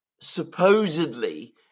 supposedly